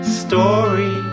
story